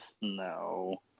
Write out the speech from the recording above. No